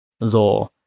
law